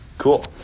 Cool